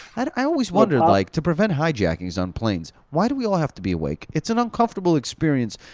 i always wondered, like, to prevent hijackings on planes, why do we all have to be awake? it's an uncomfortable experience.